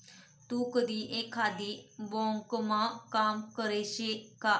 तू कधी एकाधी ब्यांकमा काम करेल शे का?